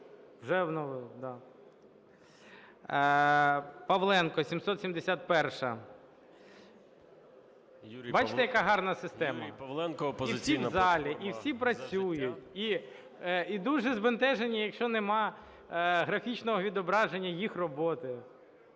у вас система. Павленко, 771-а. Бачите, яка гарна система? І всі в залі, і всі працюють, і дуже збентежені, якщо немає графічного відображення їх роботи.